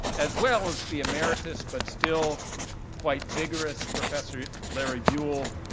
as well as the emeritus, but still quite vigorous, professor larry buell,